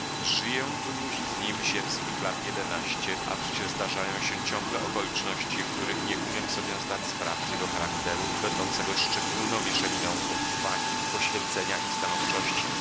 żyję tu już z nim ziemskich lat jedenaście a przecież zdarzają się ciągle okoliczności w których nie umiem sobie zdać sprawy z jego charakteru będącego szczególną mieszaniną odwagi poświęcenia i stanowczości z